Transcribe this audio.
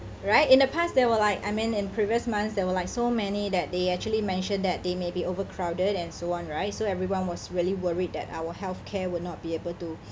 right in the past there were like I mean in previous months there were like so many that they actually mentioned that they may be overcrowded and so on right so everyone was really worried that our healthcare will not be able to